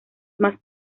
más